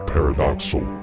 Paradoxal